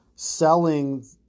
selling